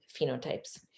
phenotypes